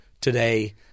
Today